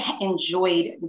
Enjoyed